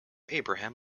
abraham